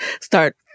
start